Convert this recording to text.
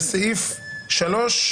אנחנו הולכים לסעיף 3(ג).